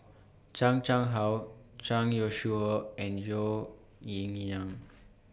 Chan Chang How Zhang Youshuo and Zhou Ying